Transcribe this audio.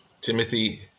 Timothy